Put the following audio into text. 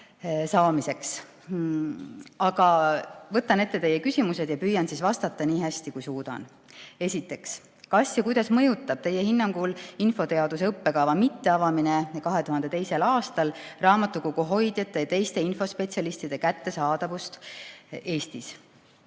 saada. Aga võtan ette teie küsimused ja püüan vastata nii hästi, kui suudan. Esiteks: "Kas ja kuidas mõjutab teie hinnangul infoteaduse õppekava mitteavamine 2022. aastal raamatukoguhoidjate ja teiste infospetsialistide kättesaadavust Eestis?"